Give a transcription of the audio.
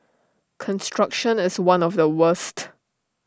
construction is one of the worst